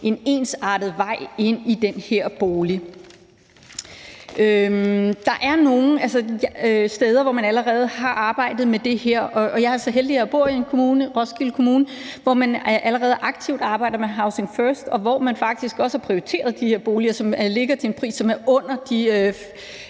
en ensartet vej ind i den her bolig. Der er nogle steder, hvor man allerede har arbejdet med det her, og jeg er så heldig, at jeg bor i en kommune, nemlig Roskilde Kommune, hvor man allerede aktivt arbejder med housing first, og hvor man faktisk også har prioriteret de her boliger, som ligger til en pris, der er under de